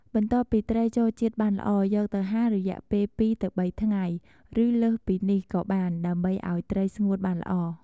បន្ទាប់់ពីត្រីចូលជាតិបានល្អយកទៅហាលរយៈពេល២-៣ថ្ងៃឬលើសពីនេះក៏បានដើម្បីឱ្យត្រីស្ងួតបានល្អ។